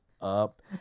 up